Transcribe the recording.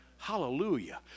Hallelujah